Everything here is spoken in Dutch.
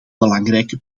belangrijke